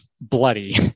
bloody